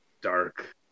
dark